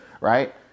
Right